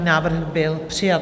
Návrh byl přijat.